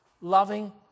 loving